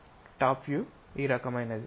top view ఈ రకమైనది